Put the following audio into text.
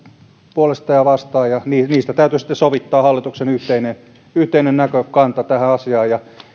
puolesta ja vastaan ja niistä täytyi sitten sovittaa hallituksen yhteinen näkökanta tähän asiaan